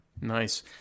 nice